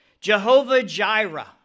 Jehovah-Jireh